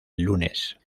lunes